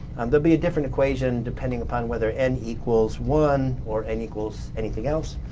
um will be a different equation depending upon whether n equals one or n equals anything else.